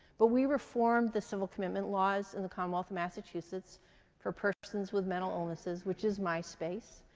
but we reformed the civil commitment laws in the commonwealth of massachusetts for persons with mental illnesses, which is my space,